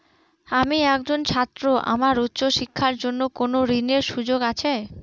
আমি একজন ছাত্র আমার উচ্চ শিক্ষার জন্য কোন ঋণের সুযোগ আছে?